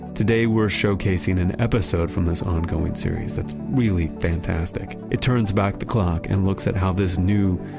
today we're showcasing an episode from this ongoing series that's really fantastic. it turns back the clock and looks at how this new,